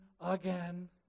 again